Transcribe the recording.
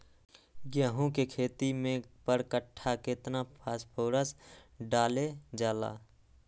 गेंहू के खेती में पर कट्ठा केतना फास्फोरस डाले जाला?